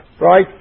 Right